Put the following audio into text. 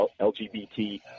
LGBT